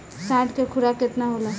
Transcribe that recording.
साढ़ के खुराक केतना होला?